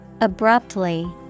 Abruptly